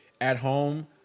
at-home